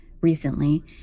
recently